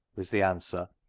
was the answer,